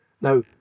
Now